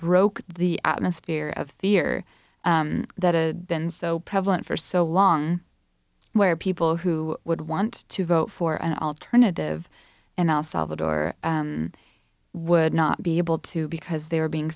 broke the atmosphere of fear that a been so prevalent for so long where people who would want to vote for an alternative and el salvador would not be able to because they were being